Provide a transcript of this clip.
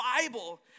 Bible